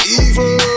evil